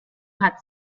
hat